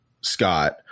Scott